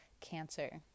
Cancer